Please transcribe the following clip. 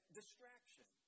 distraction